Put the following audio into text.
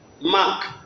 mark